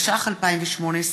התשע"ח 2018,